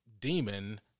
demon